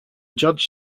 judge